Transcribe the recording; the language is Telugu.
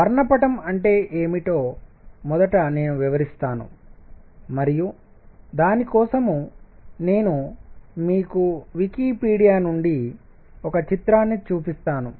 వర్ణపటం అంటే ఏమిటో మొదట నేను వివరిస్తాను మరియు దాని కోసం నేను మీకు వికీపీడియా నుండి ఒక చిత్రాన్ని చూపిస్తాను